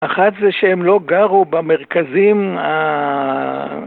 אחת זה שהם לא גרו במרכזים ה...